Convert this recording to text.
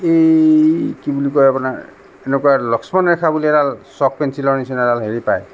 এই কি বুলি কয় আপোনাৰ এনেকুৱা লক্ষণ ৰেখা বুলি এডাল চক পেঞ্চিলৰ নিচিনা এডাল হেৰি পায়